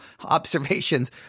observations